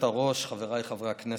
חבריי חברי הכנסת,